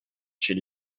chez